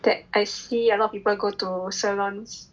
that I see a lot of people go to salons